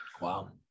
Wow